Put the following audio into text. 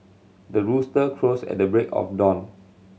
the rooster crows at the break of dawn